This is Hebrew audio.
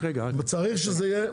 צריך שזה יהיה,